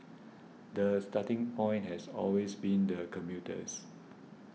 the starting point has always been the commuters